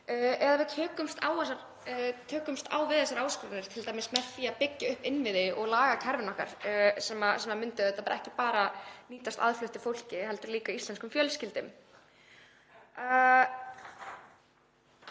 eða við tökumst á við þessar áskoranir, t.d. með því að byggja upp innviði og laga kerfin okkar sem myndi auðvitað ekki aðeins nýtast aðfluttu fólki heldur líka íslenskum fjölskyldum.